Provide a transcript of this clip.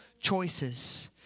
choices